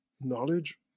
knowledge